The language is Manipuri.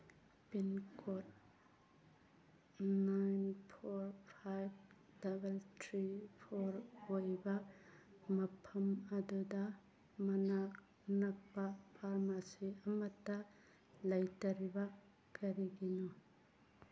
pin code nine four five double three four ꯑꯣꯏꯕ ꯃꯐꯝ ꯑꯗꯨꯗ ꯃꯅꯥꯛ ꯅꯛꯄ ꯐꯥꯔꯃꯥꯁꯤ ꯑꯃꯠꯇ ꯂꯩꯇꯔꯤꯕ ꯀꯔꯤꯒꯤꯅꯣ